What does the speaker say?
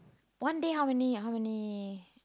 one day how many how many